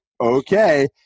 okay